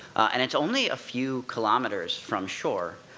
and it's only a few kilometers from shore.